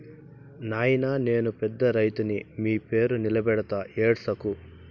నాయినా నేను పెద్ద రైతుని మీ పేరు నిలబెడతా ఏడ్సకు